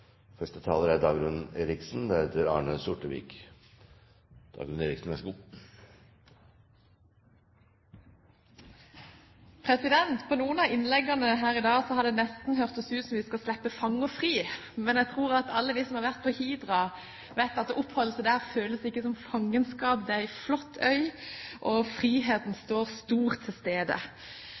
På noen av innleggene her i dag har det nesten hørtes ut som om vi skal slippe fanger fri, men jeg tror at alle de som har vært på Hidra, vet at det å oppholde seg der ikke føles som noe fangenskap. Det er en flott øy, og friheten er stort til stede.